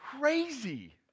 crazy